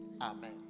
Amen